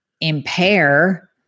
impair